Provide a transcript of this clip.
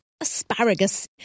Asparagus